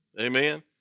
Amen